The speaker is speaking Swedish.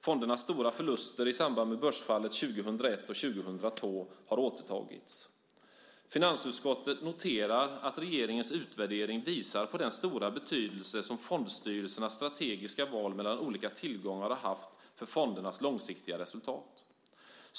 Fondernas stora förluster i samband med börsfallet åren 2001 och 2002 har återtagits. Finansutskottet noterar att regeringens utvärdering visar på den stora betydelse som fondstyrelsernas strategiska val mellan olika tillgångar har haft för fondernas långsiktiga resultat.